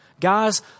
Guys